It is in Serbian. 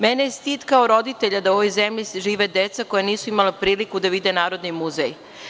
Mene je stid kao roditelja da u ovoj zemlji žive deca koja nisu imala priliku da vide Narodni muzej.